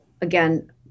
again